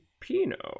Pinot